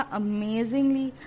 amazingly